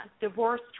divorce